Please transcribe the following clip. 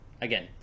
again